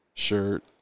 shirt